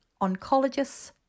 oncologists